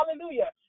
Hallelujah